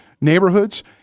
neighborhoods